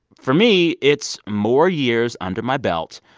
for me, it's more years under my belt,